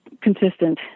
consistent